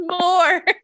More